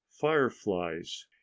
fireflies